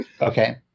Okay